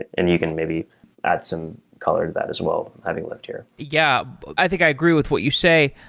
and you can maybe add some color to that as well having lived here yeah. i think i agree with what you say.